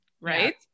right